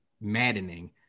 maddening